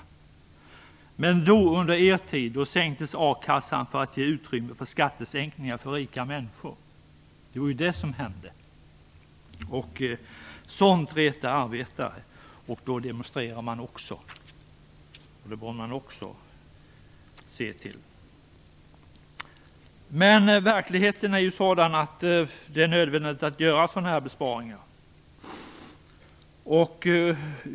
Under er tid i regeringen sänktes ersättningen för att ge uttryck för skattesänkningar för rika människor. Det var detta som hände. Sådant retar arbetare, och då demonstrerar de också. Verkligheten är sådan att det är nödvändigt att göra sådana här besparingar.